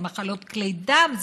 זה מחלות כלי דם,